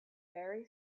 very